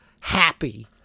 happy